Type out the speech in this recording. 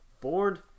bored